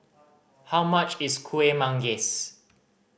how much is Kuih Manggis